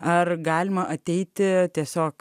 ar galima ateiti tiesiog